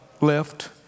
left